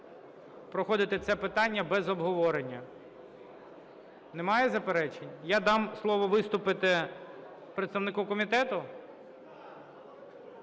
проходити це питання без обговорення. Немає заперечень? Я дам слово виступити представнику комітету…